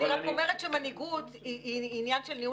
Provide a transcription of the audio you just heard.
אני רק אומרת שמנהיגות היא עניין של ניהול